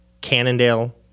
Cannondale